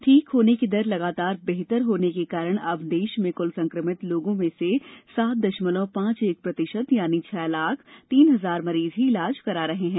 ठीक होने की दर लगातार बेहतर होने के कारण अब देश में कुल संक्रमित लोगो में से सात दशमलव पांच एक प्रतिशत यानी छह लाख तीन हजार मरीज ही इलाज करा रहे हैं